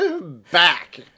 Back